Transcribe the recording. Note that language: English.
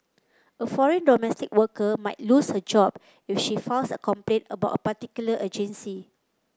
a foreign domestic worker might lose her job if she files a complaint about a particular agency